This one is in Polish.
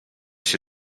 się